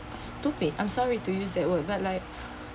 stupid I'm sorry to use that word but like